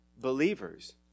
believers